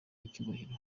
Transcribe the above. icyubahiro